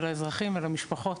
ולאזרחים ולמשפחות,